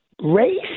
race